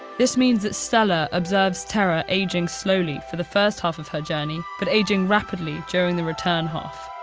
this means that stella observes terra aging slowly for the first half of her journey, but aging rapidly during the return half.